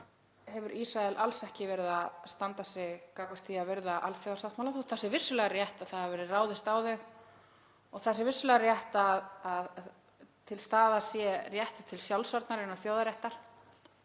þar hefur Ísrael alls ekki verið að standa sig gagnvart því að virða alþjóðasáttmála. Þótt það sé vissulega rétt að það hafi verið ráðist á þau og það sé vissulega rétt að til staðar sé réttur til sjálfsvarnar innan þjóðaréttar